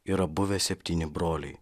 yra buvę septyni broliai